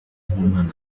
nk’umwana